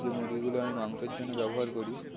যে মুরগিগুলো আমি মাংসের জন্য ব্যবহার করি